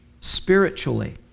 spiritually